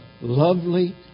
lovely